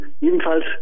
ebenfalls